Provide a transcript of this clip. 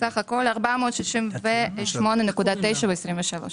הכול 468.9 ב-23'.